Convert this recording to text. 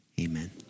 Amen